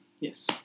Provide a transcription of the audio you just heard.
Yes